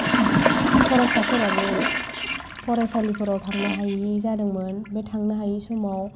फरायसाफोराबो फरायसालिफोराव थांनि हायि जादोंमोन बे थांनो हायि समाव